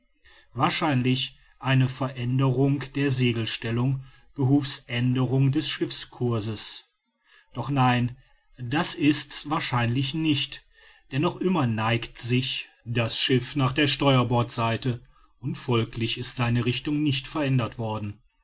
wahrscheinlich eine veränderung der segelstellung behufs aenderung des schiffscourses doch nein das ist's wahrscheinlich nicht denn noch immer neigt sich das schiff nach der steuerbordseite und folglich ist seine richtung nicht verändert worden